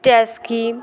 taxi